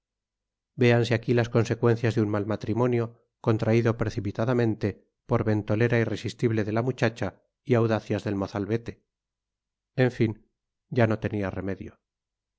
véanse aquí las consecuencias de un mal matrimonio contraído precipitadamente por ventolera irresistible de la muchacha y audacias del mozalbete en fin ya no tenía remedio